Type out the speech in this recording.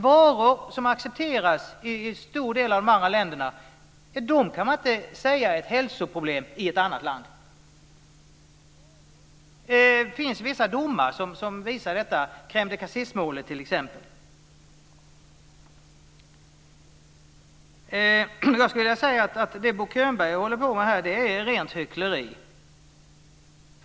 Varor som accepteras i en stor del av de andra länderna kan man inte säga är ett hälsoproblem i ett annat land. Det finns vissa domar som visar detta, t.ex. Crème de Cassis-målet. Jag skulle vilja säga att det Bo Könberg håller på med här är rent hyckleri.